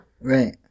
Right